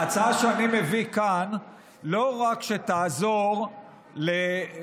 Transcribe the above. ההצעה שאני מביא כאן לא רק שתעזור לשקיפות,